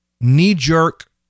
knee-jerk